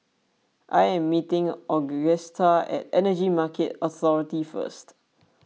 I am meeting Augusta at Energy Market Authority First